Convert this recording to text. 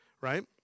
right